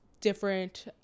different